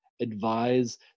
advise